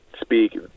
speak